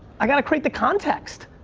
i gotta create the context.